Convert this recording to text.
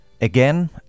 Again